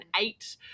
eight